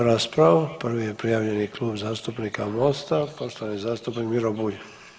Otvaram raspravu, prvi je prijavljeni Klub zastupnika Mosta, poštovani zastupnik Miro Bulj.